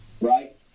right